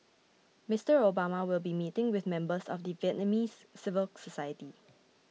Mister Obama will be meeting with members of the Vietnamese civil society